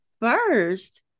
first